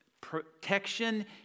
protection